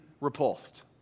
repulsed